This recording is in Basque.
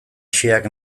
xeheak